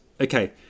okay